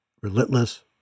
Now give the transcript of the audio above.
relentless